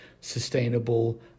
sustainable